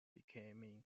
becoming